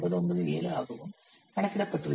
0997 ஆகவும் கணக்கிடப்பட்டுள்ளது